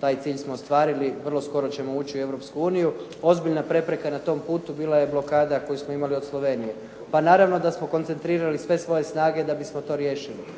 Taj cilj smo ostvarili. Vrlo skoro ćemo ući u Europsku uniju. Ozbiljna prepreka na tom putu bila je blokada koju smo imali od Slovenije. Pa naravno da smo koncentrirali sve svoje snage da bismo to riješili